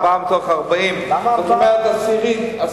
ארבעה מתוך 40. זאת אומרת עשירית.